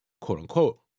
quote-unquote